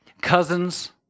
cousins